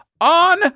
on